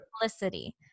simplicity